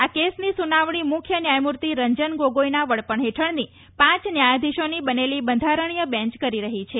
આ કેસની સુનાવણી મુખ્ય ન્યાયમૂર્તિ રંજન ગોગોઈના વડપણ હેઠળની પાંચ ન્યાયાધીશોની બનેલી બંધારણીય બેન્ય કરી રફી છે